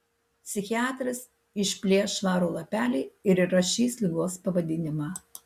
psichiatras išplėš švarų lapelį ir įrašys ligos pavadinimą